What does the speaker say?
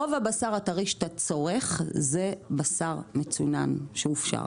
רוב הבשר הטרי שאתה צורך זה בשר מצונן שהופשר.